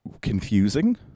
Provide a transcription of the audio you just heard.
confusing